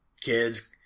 kids